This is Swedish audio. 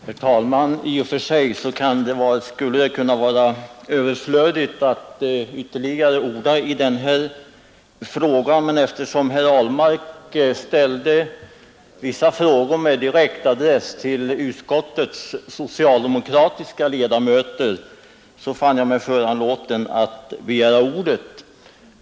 Herr talman! I och för sig skulle det kunna vara överflödigt att ytterligare orda i den här frågan, men eftersom herr Ahlmark ställde vissa frågor med direkt adress till utskottets socialdemokratiska ledamöter 57 fann jag mig föranlåten att begära ordet.